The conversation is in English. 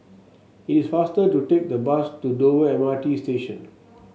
it is faster to take the bus to Dover M R T Station